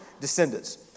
descendants